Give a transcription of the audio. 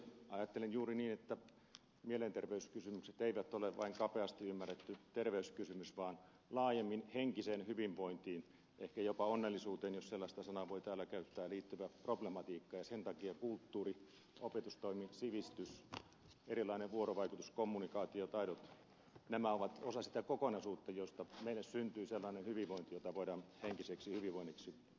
ajattelin juuri niin että mielenterveyskysymykset eivät ole vain kapeasti ymmärretty terveyskysymys vaan laajemmin henkiseen hyvinvointiin ehkä jopa onnellisuuteen jos sellaista sanaa voi täällä käyttää liittyvä problematiikka ja sen takia kulttuuri opetustoimi sivistys erilainen vuorovaikutus kommunikaatiotaidot ovat osa sitä kokonaisuutta josta meille syntyy sellainen hyvinvointi jota voidaan henkiseksi hyvinvoinniksi nimittää